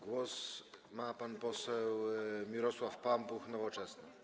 Głos ma pan poseł Mirosław Pampuch, Nowoczesna.